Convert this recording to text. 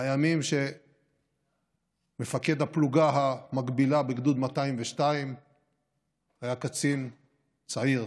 מהימים שמפקד הפלוגה המקבילה בגדוד 202 היה קצין צעיר,